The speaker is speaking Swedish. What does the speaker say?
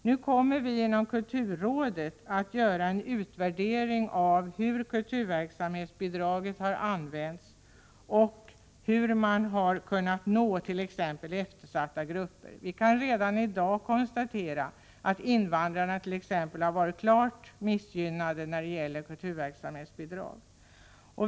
Nu kommer vi inom kulturrådet att göra en utvärdering av hur kulturverksamhetsbidraget har använts och hur man lyckats nå t.ex. eftersatta grupper. Vi kan redan i dag konstatera att t.ex. invandrarna varit klart missgynnade när det gäller kulturverksamhetsbidrag.